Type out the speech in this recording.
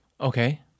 Okay